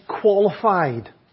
qualified